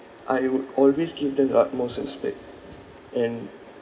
I would always give them the utmost respect and